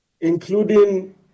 including